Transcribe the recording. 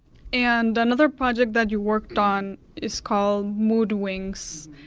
and another project that you worked on is called moodwings.